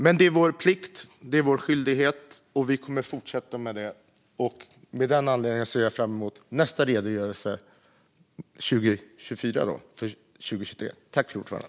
Detta är vår plikt och vår skyldighet, och vi kommer att fortsätta med det. Jag ser fram emot redogörelsen 2024, för år 2023.